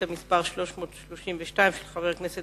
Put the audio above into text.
חבר הכנסת